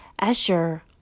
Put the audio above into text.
Asher